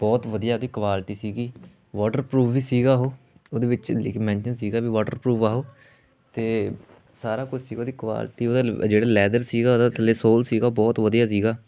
ਬਹੁਤ ਵਧੀਆ ਉਹਦੀ ਕੁਆਲਿਟੀ ਸੀਗੀ ਵੋਟਰਪਰੂਵ ਵੀ ਸੀਗਾ ਉਹ ਉਹਦੇ ਵਿੱਚ ਲਿਖ ਮੈਨਸ਼ਨ ਸੀਗਾ ਵੀ ਵਾਟਰਪਰੂਵ ਆ ਉਹ ਅਤੇ ਸਾਰਾ ਕੁਛ ਸੀਗਾ ਉਹਦੀ ਕੁਆਲਿਟੀ ਉਹਦਾ ਲ ਜਿਹੜਾ ਲੈਦਰ ਸੀਗਾ ਉਹਦਾ ਥੱਲੇ ਸੋਲ ਸੀਗਾ ਉਹ ਬਹੁਤ ਵਧੀਆ ਸੀਗਾ